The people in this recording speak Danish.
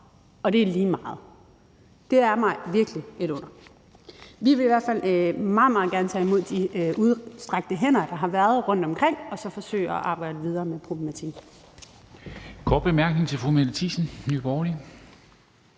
og det er lige meget. Det er mig virkelig et under. Vi vil i hvert fald meget, meget gerne tage imod de udstrakte hænder, der har været rundtomkring, og så forsøge at arbejde videre med problematikken.